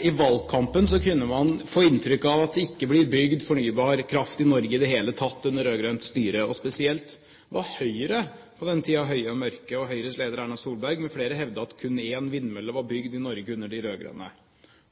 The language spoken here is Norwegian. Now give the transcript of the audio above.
I valgkampen kunne man få inntrykk av at det ikke blir bygd fornybar kraft i Norge i det hele tatt, under rød-grønt styre. Spesielt var Høyre på denne tiden «høy og mørk» og Høyres leder Erna Solberg mfl. hevdet at kun én vindmølle var bygd i Norge under de rød-grønne.